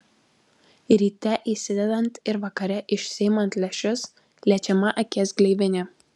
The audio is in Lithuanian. ryte įsidedant ir vakare išsiimant lęšius liečiama akies gleivinė